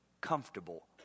comfortable